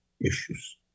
issues